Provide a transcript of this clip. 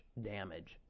damage